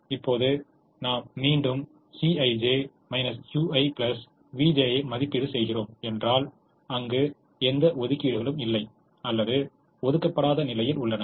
இப்போது நாம் மீண்டும் Cij ui vj ஐ மதிப்பீடு செய்கிறோம் என்றால் அங்கு எந்த ஒதுக்கீடுகளும் இல்லை அல்லது ஒதுக்கப்படாத நிலையில் உள்ளன